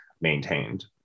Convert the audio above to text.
maintained